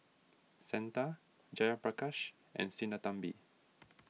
Santha Jayaprakash and Sinnathamby